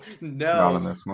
no